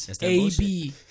A-B